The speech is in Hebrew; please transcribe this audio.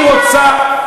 היא רוצה,